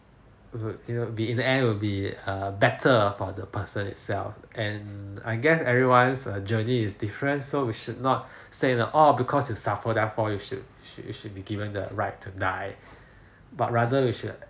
would you know be in the end it would be err better for the person itself and I guess everyone's uh journey is different so we should not say that because you suffer therefore you should should you should be given the right to die but rather you should